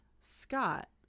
Scott